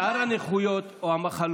אבל שאר הנכויות או המחלות,